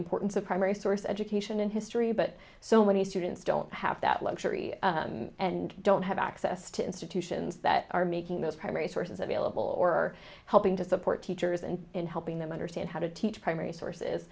importance of resource education in history but so many students don't have that luxury and don't have access to institutions that are making most primary sources available or helping to support teachers and in helping them understand how to teach primary sources